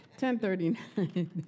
1039